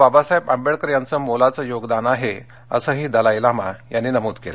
बाबासाहेब आंबेडकर यांचं मोलाचं योगदान आहे असंही दलाईलामा यांनी नमूद केलं